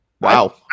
Wow